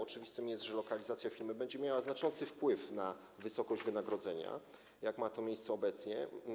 Oczywiste jest, że lokalizacja firmy będzie miała znaczący wpływ na wysokość wynagrodzenia, jak ma to miejsce obecnie.